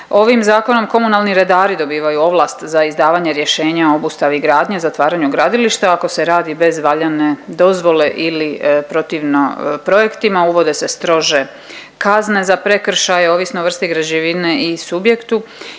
Ovim Zakonom komunalni redari dobivaju ovlast za izdavanje rješenja o obustavi gradnje, zatvaranju gradilišta, ako se radi bez valjane dozvole ili protivno projektima. Uvode se strože kazne za prekršaje, ovisno o vrsti građevine i subjektu